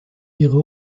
ihre